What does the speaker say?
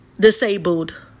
disabled